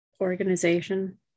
organization